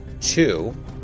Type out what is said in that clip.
two